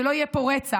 שלא יהיה פה רצח,